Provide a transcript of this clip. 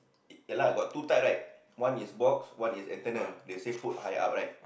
ya lah got two type right one is box one is antenna they say put high up right